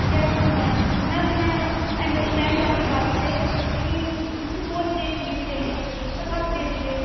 یس ma'am ma'am میں understand ہوں آپ کی بات سے لیکن مجھے فور ڈیز کی لیو چاہیے بس آپ دے دیجئے